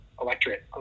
electorate